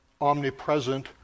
omnipresent